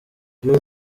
you